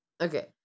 okay